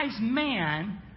man